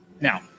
Now